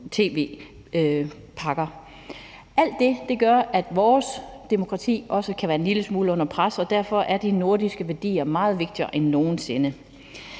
tv-pakker. Alt det gør, at vores demokrati også kan være en lille smule under pres, og derfor er de nordiske værdier vigtigere end nogen sinde.